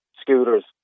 Scooters